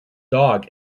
dog